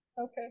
Okay